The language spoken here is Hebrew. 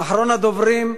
אחרון הדוברים,